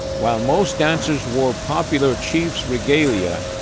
while most dancers wore popular chief's regalia,